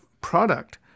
product